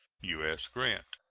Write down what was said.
u s. grant.